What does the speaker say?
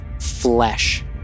flesh